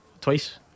Twice